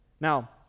Now